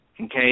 Okay